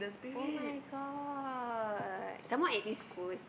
[oh]-my-god some more at East-Coast